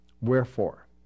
wherefore